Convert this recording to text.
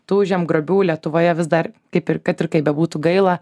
tų žemgrobių lietuvoje vis dar kaip ir kad ir kaip bebūtų gaila